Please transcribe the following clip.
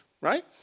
right